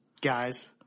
guys